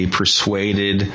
persuaded